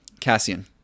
Cassian